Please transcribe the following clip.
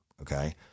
okay